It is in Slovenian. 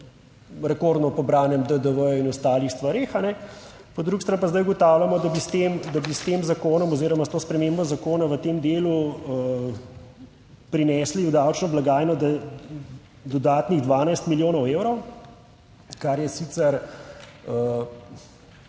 rekordno pobranem DDV in ostalih stvareh. Po drugi strani pa zdaj ugotavljamo, da bi s tem, da bi s tem zakonom oziroma s to spremembo zakona v tem delu prinesli v davčno blagajno dodatnih 12 milijonov evrov, kar je sicer,